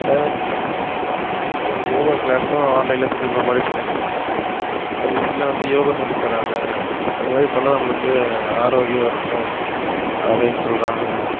என் பிள்ளைங்களுக்கு பணம் கட்டி அது யோகா கிளாஸூம் ஆன்லைன்லேயே சொல்லி கொடுக்கற மாதிரி பண்ணிக் கொடுத்துட்டான் இன்றைக்கி செல்லில் வந்து யோகா சொல்லித் தர்றாங்க அது மாதிரி பண்ணால் நம்மளுக்கு ஆரோக்கியம் இருக்கும் அப்படின்னு சொல்கிறாங்க